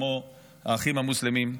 כמו האחים המוסלמים.